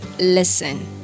Listen